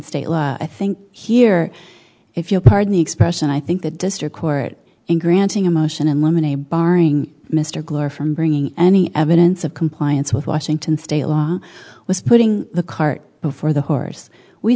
state law i think here if you'll pardon the expression i think the district court in granting a motion in limine a barring mr glover from bringing any evidence of compliance with washington state law was putting the cart before the horse we